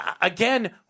again